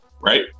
right